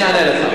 אז אני אענה לך.